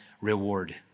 reward